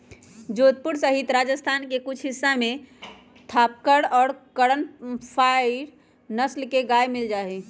जोधपुर सहित राजस्थान के कुछ हिस्सा में थापरकर और करन फ्राइ नस्ल के गाय मील जाहई